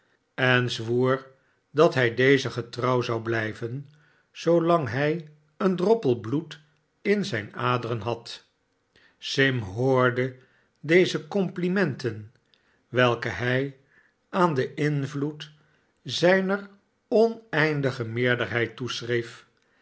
zwoer dat hij dezen getrouw zou blijven zoolang hij een droppel bloed in zijne aderen had sim hoorde deze complimenten welke hij aan den invloed zijner oneindige meerderheid